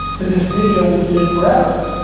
that this video would live forever,